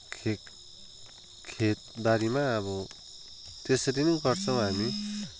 खेत खेतबारीमा अब त्यसरी नै गर्छौँ हामी